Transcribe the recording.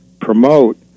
promote